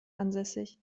ansässig